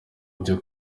byo